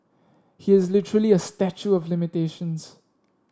he is literally a statue of limitations